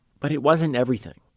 but it wasn't everything.